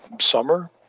summer